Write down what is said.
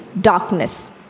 darkness